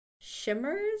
shimmers